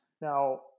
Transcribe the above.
Now